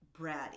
bratty